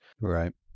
right